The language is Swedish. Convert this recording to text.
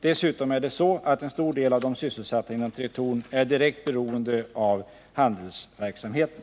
Dessutom är det så, att en stor del av de sysselsatta inom Tretorn är direkt beroende av handelsverksamheten.